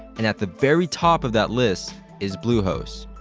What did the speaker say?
and at the very top of that list is bluehost.